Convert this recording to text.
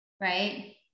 right